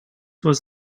was